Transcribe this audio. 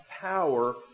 power